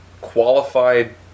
qualified